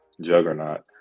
juggernaut